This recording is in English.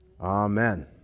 Amen